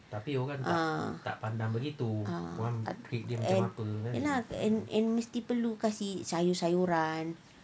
ah ye lah and and mesti mesti perlu kasi sayur-sayuran